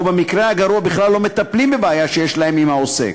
או במקרה הגרוע בכלל לא מטפלים בבעיה שיש להם עם העוסק.